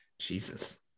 Jesus